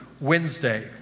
Wednesday